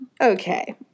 Okay